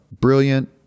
brilliant